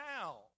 now